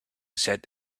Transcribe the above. set